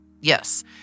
Yes